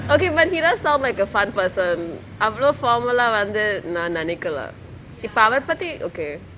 okay but he does sound like a fun person அவளோ:avalo formal லா வந்து நா நனைக்கலே இப்ப அவர பத்தி:laa vanthu naa ninaikalae ippe avare pathi okay